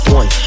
one